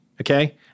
okay